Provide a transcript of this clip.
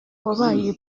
wabaye